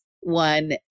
One